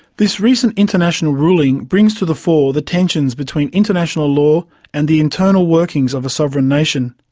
this recent international ruling brings to the fore the tensions between international law and the internal workings of a sovereign nation.